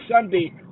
sunday